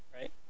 right